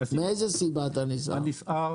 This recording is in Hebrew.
מאיזו סיבה אתה נסער?